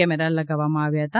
camera લગાવવામાં આવ્યા હતા